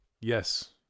Yes